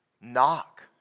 Knock